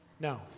No